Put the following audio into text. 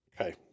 Okay